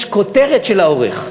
יש כותרת של העורך.